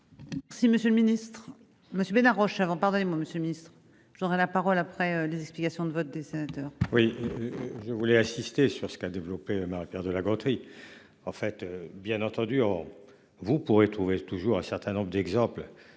Si Monsieur le Ministre, Monsieur Bénard avant. Pardonnez-moi, Monsieur le Ministre, j'aurai la parole après les explications de vote des sénateurs. Oui. Je voulais insister sur ce qu'a développé Marie-. Pierre de La Gontrie. En fait, bien entendu. Alors vous pourrez trouver toujours un certain nombre d'exemples